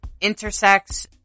intersex